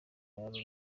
loni